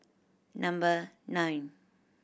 number nine